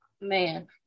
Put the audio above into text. Man